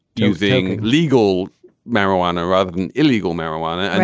using legal marijuana rather than illegal marijuana. and